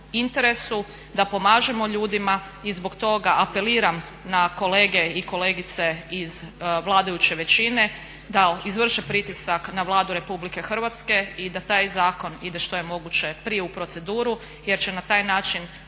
interesu, da pomažemo ljudima i zbog toga apeliram na kolege i kolegice iz vladajuće većine da izvrše pritisak na Vladu RH i da taj zakon ide što je moguće prije u proceduru jer će na taj način